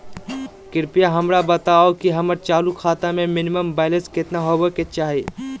कृपया हमरा बताहो कि हमर चालू खाता मे मिनिमम बैलेंस केतना होबे के चाही